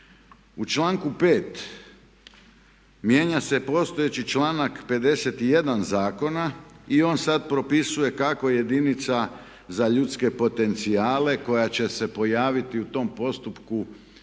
u članku 5. mijenja se postojeći članak 51. zakona i on sad propisuje kako jedinica za ljudske potencijale koja će se pojaviti u tom postupku